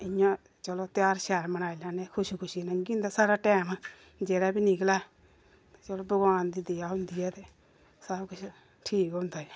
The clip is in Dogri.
इ'यां चलो ध्यार शैल मनाई लैने खुशी खुशी नै लंग्गी जंदा साढ़ा टैम जेह्ड़ा बी निकले चलो भगवान दी देया होइंदी ऐ ते सब किश ठीक होंदा ऐ